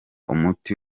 umuti